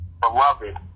beloved